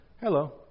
Hello